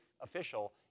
official